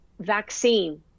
vaccine